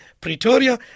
Pretoria